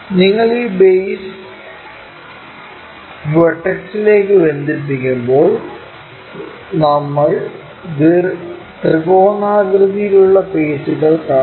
നിങ്ങൾ ഈ ബേസ് വെർട്ടെക്സിലേക്ക് ബന്ധിപ്പിക്കുമ്പോൾ നമ്മൾ ത്രികോണാകൃതിയിലുള്ള ഫെയ്സ്സുകൾ കാണും